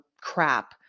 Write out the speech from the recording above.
crap